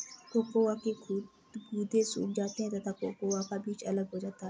cocoa के गुदे सूख जाते हैं तथा कोकोआ का बीज अलग हो जाता है